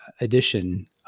edition